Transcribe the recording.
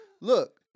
Look